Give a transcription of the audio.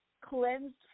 cleansed